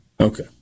Okay